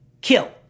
kill